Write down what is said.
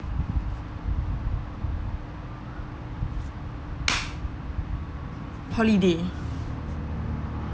holiday